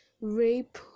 rape